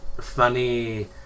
funny